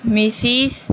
missus